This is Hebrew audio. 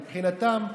מבחינתם,